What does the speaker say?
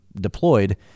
deployed